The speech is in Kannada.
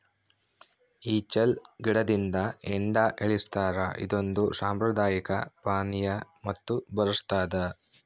ಈಚಲು ಗಿಡದಿಂದ ಹೆಂಡ ಇಳಿಸ್ತಾರ ಇದೊಂದು ಸಾಂಪ್ರದಾಯಿಕ ಪಾನೀಯ ಮತ್ತು ಬರಸ್ತಾದ